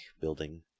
building